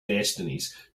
destinies